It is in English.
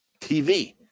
TV